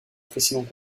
précédents